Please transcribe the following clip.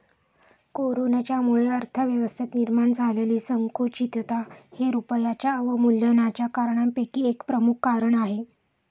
कोरोनाच्यामुळे अर्थव्यवस्थेत निर्माण झालेली संकुचितता हे रुपयाच्या अवमूल्यनाच्या कारणांपैकी एक प्रमुख कारण आहे